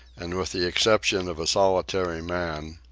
and with the exception of a solitary man,